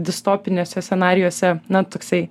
distopiniuose scenarijuose na toksai